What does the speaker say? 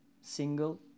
single